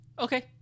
okay